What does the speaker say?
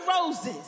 roses